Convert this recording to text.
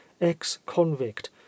ex-convict